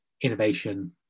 innovation